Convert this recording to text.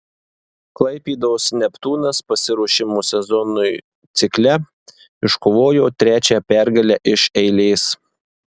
klaipėdos neptūnas pasiruošimo sezonui cikle iškovojo trečią pergalę iš eilės